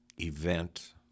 event